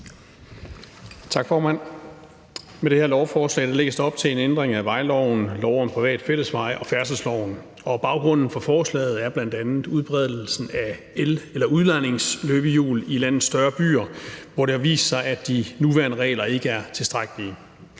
Tak, formand. Med det her lovforslag lægges der op til en ændring af vejloven, lov om private fællesveje og færdselsloven. Baggrunden for forslaget er bl.a. udbredelsen af udlejningsløbehjul i landets større byer, hvor det har vist sig, at de nuværende regler ikke er tilstrækkelige.